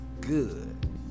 good